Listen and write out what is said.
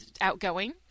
outgoing